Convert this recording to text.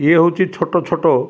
ଇଏ ହେଉଛି ଛୋଟ ଛୋଟ